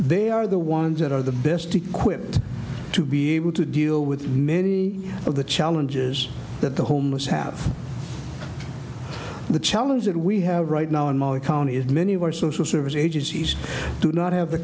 they are the ones that are the best equipped to be able to deal with many of the challenges that the homeless have the challenge that we have right now in my county is many of our social service agencies do not have the